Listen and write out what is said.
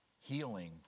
healing